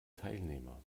teilnehmer